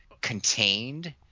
contained